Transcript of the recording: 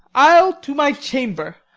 i'll to my chamber.